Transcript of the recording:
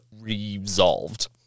resolved